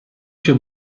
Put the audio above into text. się